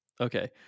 okay